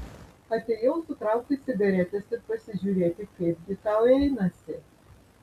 atėjau sutraukti cigaretės ir pasižiūrėti kaipgi tau einasi